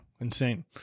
insane